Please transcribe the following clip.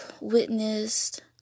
witnessed